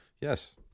Yes